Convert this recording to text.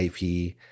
ip